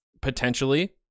potentially